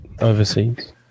overseas